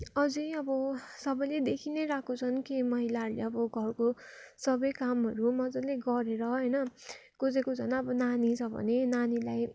अझै अब सबैले देखिनै रहेको छन् कि महिलाहरूले अब घरको सबै कामहरू मजाले गरेर होइन कसैको झन् अब नानी छ भने नानीलाई